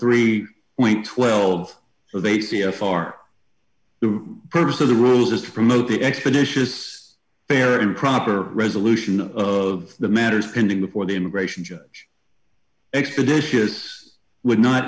three point one two so they see a far the purpose of the rules is to promote the expeditious fair and proper resolution of the matter is pending before the immigration judge expeditious would not